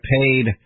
paid